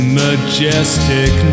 majestic